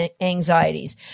anxieties